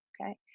okay